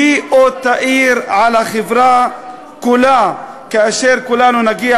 והיא עוד תאיר על החברה כולה כאשר כולנו נגיע